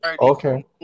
Okay